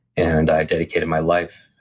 and i dedicated my life,